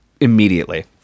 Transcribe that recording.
immediately